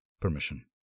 permission